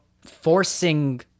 forcing